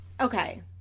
Okay